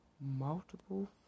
multiple